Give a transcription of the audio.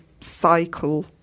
cycle